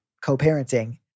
co-parenting